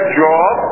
job